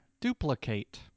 Duplicate